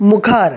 मुखार